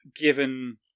given